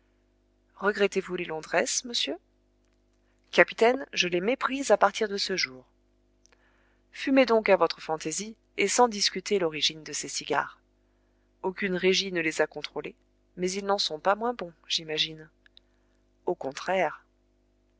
regrettez-vous les londrès monsieur capitaine je les méprise à partir de ce jour fumez donc à votre fantaisie et sans discuter l'origine de ces cigares aucune régie ne les a contrôlés mais ils n'en sont pas moins bons j'imagine au contraire